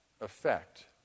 effect